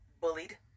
bullied